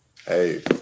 Hey